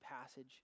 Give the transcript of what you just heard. passage